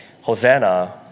Hosanna